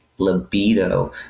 libido